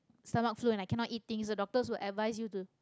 stomach flu and i cannot eat things so the doctors will advise you to